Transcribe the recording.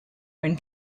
when